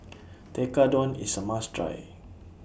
Tekkadon IS A must Try